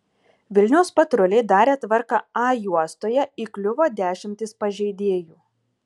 vilniaus patruliai darė tvarką a juostoje įkliuvo dešimtys pažeidėjų